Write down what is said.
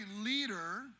leader